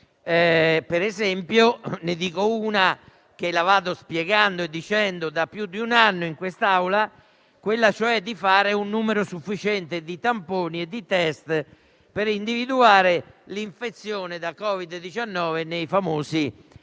Per esempio, ne dico una che vado spiegando e dicendo da più di un anno in quest'Aula: fare un numero sufficiente di tamponi e di test per individuare l'infezione da Covid-19 nei famosi